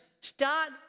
Start